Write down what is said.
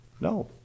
No